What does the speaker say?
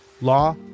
Law